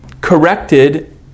corrected